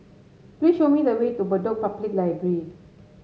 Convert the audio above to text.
please show me the way to Bedok Public Library